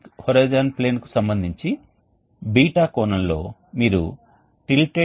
కాబట్టి తదుపరి బొమ్మను మనం చూస్తే అక్కడ 2 వాహికలు ఉన్నాయి మరియు 2 వాహికలు కౌంటర్ ఫ్లో రకమైన అమరికలో ఉన్నాయని మీరు చూస్తారు